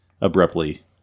abruptly